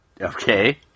Okay